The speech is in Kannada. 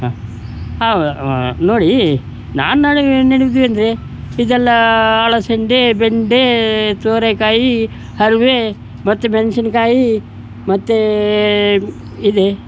ಹಾಂ ಹಾಂ ನೋಡಿ ನಾನು ನಾಳೆಗೆ ಏನು ಹೇಳಿದೆ ಅಂದರೆ ಇದೆಲ್ಲ ಹಲಸಂದೆ ಬೆಂಡೆ ಸೋರೆಕಾಯಿ ಹರಿವೆ ಮತ್ತೆ ಮೆಣಸಿನ್ಕಾಯಿ ಮತ್ತು ಇದೆ